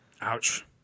Ouch